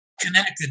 connected